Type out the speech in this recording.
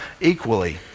equally